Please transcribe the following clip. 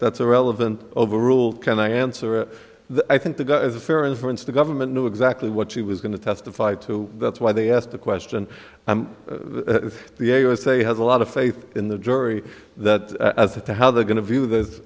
that's a relevant overruled can i answer that i think the guy is a fair inference the government knew exactly what she was going to testify to that's why they asked the question and the a usa has a lot of faith in the jury that as to how they're going to view th